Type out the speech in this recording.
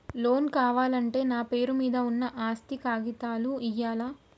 Loan కావాలంటే నా పేరు మీద ఉన్న ఆస్తి కాగితాలు ఇయ్యాలా?